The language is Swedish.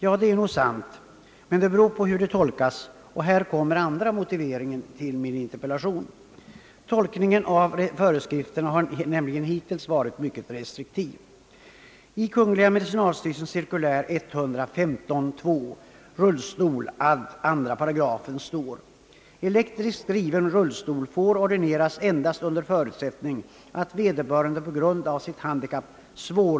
Ja, det är nog sant, men det beror på hur det tolkas, och här kommer den andra motiveringen till min interpellation. Tolkningen av föreskrifterna har nämligen hittills varit mycket restriktiv.